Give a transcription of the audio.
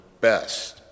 best